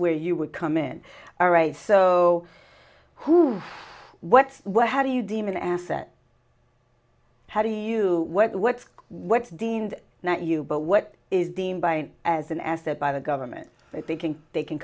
where you would come in all right so who've what's what how do you deem an asset how do you what's what dean not you but what is deemed by as an asset by the government if they can they can